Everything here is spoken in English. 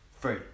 Free